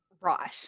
Right